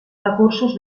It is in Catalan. recursos